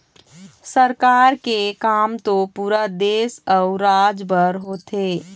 सरकार के काम तो पुरा देश अउ राज बर होथे